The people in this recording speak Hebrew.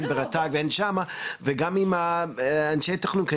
הן ברשות הטבע והגנים והן שם וגם עם אנשי התכנון,